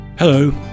Hello